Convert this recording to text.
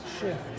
shift